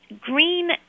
green